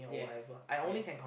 yes yes